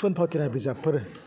थुनफावथिनाय बिजाबफोर